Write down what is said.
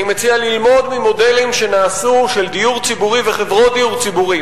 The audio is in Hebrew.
אני מציע ללמוד ממודלים שנעשו של דיור ציבורי וחברות דיור ציבורי,